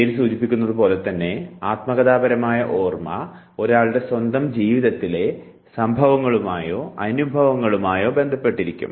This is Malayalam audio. പേര് സൂചിപ്പിക്കുന്നതുപോലെ തന്നെ ആത്മകഥാപരമായ ഓർമ്മ ഒരാളുടെ സ്വന്തം ജീവിതത്തിലെ സംഭവങ്ങളുമായോ അനുഭവങ്ങളുമായോ ബന്ധപ്പെട്ടിരിക്കുന്നു